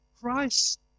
Christ